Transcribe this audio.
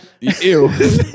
Ew